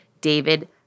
David